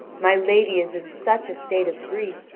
my lady is in such a state of grief,